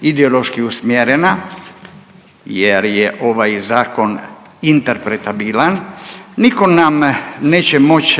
ideološki usmjerena jer je ovaj zakona interpretabilan, niko nam neće moć